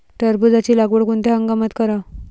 टरबूजाची लागवड कोनत्या हंगामात कराव?